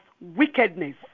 wickedness